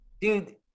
dude